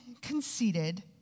conceited